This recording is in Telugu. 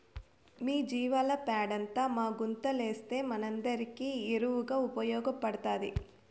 మీ జీవాల పెండంతా మా గుంతలేస్తే మనందరికీ ఎరువుగా ఉపయోగపడతాది